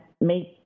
make